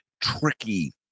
tricky